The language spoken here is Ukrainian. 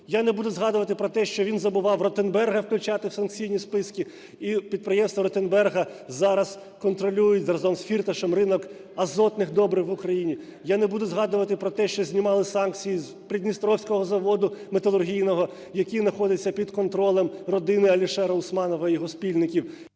Я не буду згадувати про те, що він забував Ротенберга включати в санкційні списки, і підприємства Ротенберга зараз контролюють разом з Фірташем ринок азотних добрив в Україні. Я не буду згадувати про те, що знімали санкції з Придністровського заводу металургійного, який знаходиться під контролем родини Алішера Усманова і його спільників…